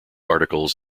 articles